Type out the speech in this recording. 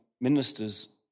ministers